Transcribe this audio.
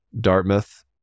Dartmouth